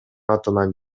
атынан